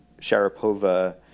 Sharapova